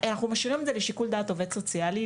אנחנו משאירים את זה לשיקול דעת העובדת הסוציאלית,